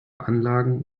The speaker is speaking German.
anlagen